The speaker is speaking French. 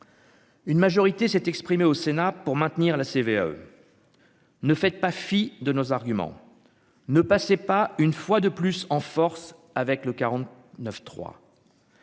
Une majorité s'est exprimé au Sénat pour maintenir la CVAE. Ne faites pas fi de nos arguments ne passait pas, une fois de plus en force avec le